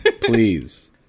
Please